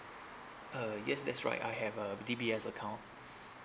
uh yes that's right I have a D_B_S account